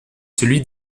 celui